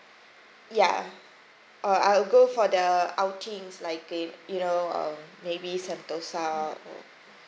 ya uh I'll go for the outings like you know uh maybe sentosa or